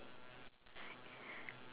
mine has only uh